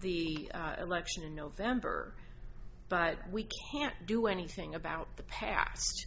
the election in november but we can't do anything about the past